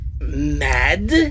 mad